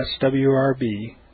swrb